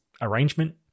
arrangement